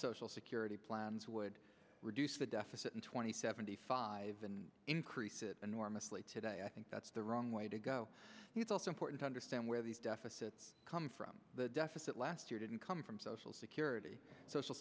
social security plans would reduce the deficit in two thousand and seventy five and increase it enormously today i think that's the wrong way to go it's also important to understand where these deficits come from the deficit last year didn't come from social security social